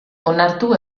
onartu